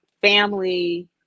family